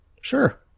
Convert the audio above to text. Sure